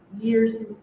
years